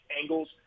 angles